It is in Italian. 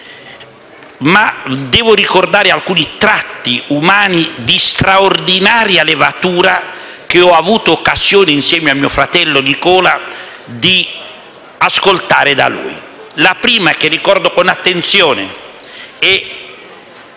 Ma devo ricordare alcuni tratti umani di straordinaria levatura, che ho avuto occasione, insieme a mio fratello Nicola, di rilevare in lui. Il primo, lo ricordo con attenzione: